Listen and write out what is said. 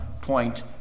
point